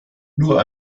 nur